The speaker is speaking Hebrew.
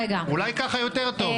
אולי ככה יהיה יותר טוב.